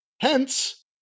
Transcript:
Hence